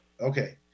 Okay